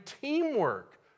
teamwork